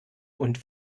und